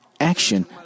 action